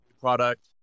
product